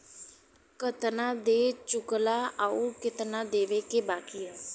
केतना दे चुकला आउर केतना देवे के बाकी हौ